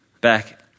back